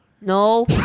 no